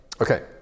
Okay